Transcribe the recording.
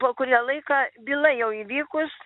po kurio laiką byla jau įvykus